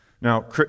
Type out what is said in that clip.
Now